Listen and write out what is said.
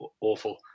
awful